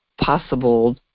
possible